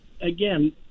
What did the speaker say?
again